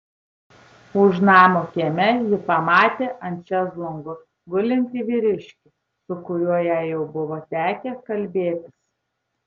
už namo kieme ji pamatė ant šezlongo gulintį vyriškį su kuriuo jai jau buvo tekę kalbėtis